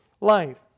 life